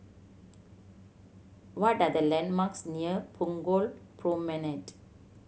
what are the landmarks near Punggol Promenade